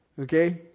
Okay